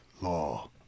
law